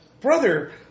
Brother